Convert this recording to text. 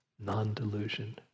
non-delusion